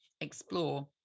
explore